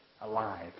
alive